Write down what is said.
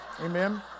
Amen